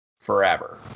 forever